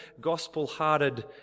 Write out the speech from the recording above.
gospel-hearted